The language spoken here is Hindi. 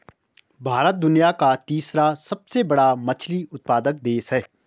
भारत दुनिया का तीसरा सबसे बड़ा मछली उत्पादक देश है